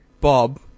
Bob